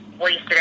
wasted